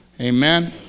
amen